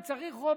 הוא צריך רוב